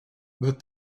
but